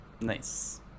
nice